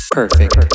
perfect